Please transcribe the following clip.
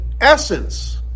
essence